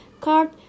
card